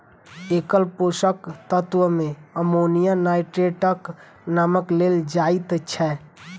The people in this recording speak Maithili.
एकल पोषक तत्व मे अमोनियम नाइट्रेटक नाम लेल जाइत छै